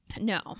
No